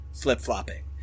flip-flopping